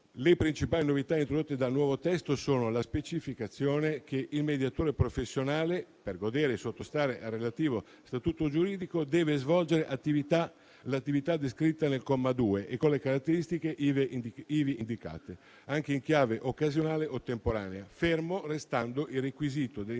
Le principali novità introdotte dal nuovo testo sono la specificazione che il mediatore professionale, per godere e sottostare al relativo statuto giuridico, deve svolgere l'attività descritta nel comma 2 e con le caratteristiche ivi indicate, anche in chiave occasionale o temporanea, fermo restando il requisito dell'indipendenza